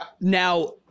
Now